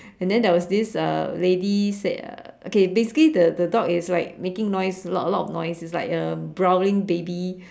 and then there was this uh lady said uh okay basically the the dog is like making noise a lot a lot noise it's like uh growling baby